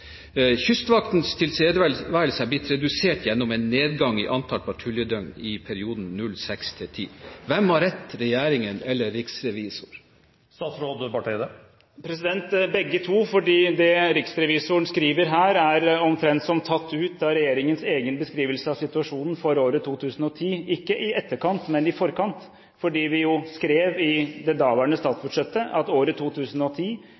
Kystvaktens tilstedeværelse har blitt redusert gjennom en nedgang i antall patruljedøgn i perioden 2006–2010.» Hvem har rett – regjeringen eller riksrevisor? Begge to har rett, for det riksrevisoren skriver her, er omtrent som tatt ut av regjeringens egen beskrivelse av situasjonen for 2010 – ikke i etterkant, men i forkant. Vi skrev i det daværende statsbudsjettet at 2010